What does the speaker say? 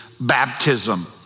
baptism